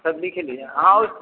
सब लिख लीजिए हाँ ओ